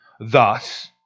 Thus